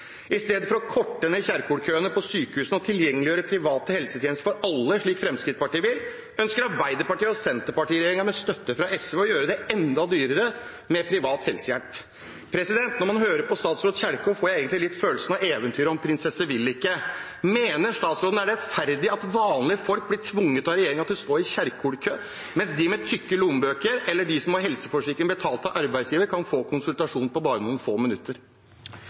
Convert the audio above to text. I stedet for å korte ned Kjerkol-køene på sykehusene og gjøre private helsetjenester tilgjengelig for alle, slik Fremskrittspartiet vil, ønsker Arbeiderpartiet–Senterparti-regjeringen med støtte fra SV å gjøre det enda dyrere med privat helsehjelp. Når man hører på statsråd Kjerkol, får jeg egentlig litt følelsen av eventyret om prinsesse Vilikke. Mener statsråden det er rettferdig at vanlige folk blir tvunget av regjeringen til å stå i Kjerkol-kø, mens de med tykke lommebøker eller de som har helseforsikring betalt av arbeidsgiver, kan få konsultasjon på bare noen få minutter?